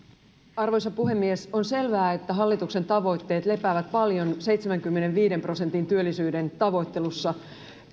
arvoisa puhemies on selvää että hallituksen tavoitteet lepäävät paljon seitsemänkymmenenviiden prosentin työllisyyden tavoittelussa